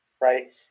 right